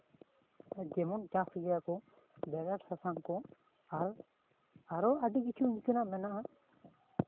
ᱡᱮᱢᱚᱱ ᱪᱟᱥ ᱜᱮᱭᱟ ᱠᱚ ᱵᱮᱨᱮᱞ ᱥᱟᱥᱟᱝ ᱠᱚ ᱟᱨᱚ ᱟᱨᱚ ᱟᱹᱰᱤ ᱠᱤᱪᱷᱩ ᱜᱟᱱ ᱜᱮ ᱢᱮᱱᱟᱜᱼᱟ